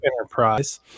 Enterprise